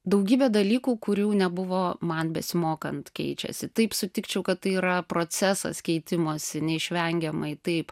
daugybę dalykų kurių nebuvo man besimokant keičiasi taip sutikčiau kad tai yra procesas keitimosi neišvengiamai taip